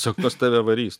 sako kas tave varys